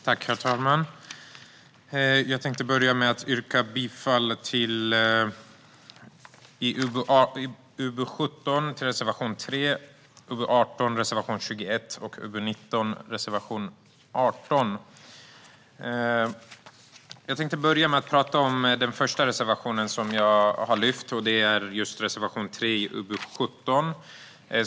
Herr talman! Jag vill börja med att yrka bifall till reservation 3 i UbU17, reservation 21 i Ubu18 och reservation 18 i UbU19. Jag tänkte börja med att prata om den första reservationen jag lyfte upp, nämligen reservation 3 i UbU17.